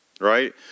Right